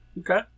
okay